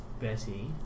Betty